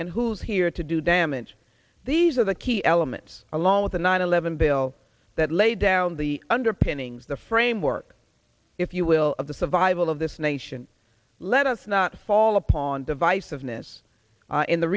and who's here to do damage these are the key elements along with the nine eleven bill that laid down the underpinnings the framework if you will of the survival of this nation let us not fall upon divisiveness in the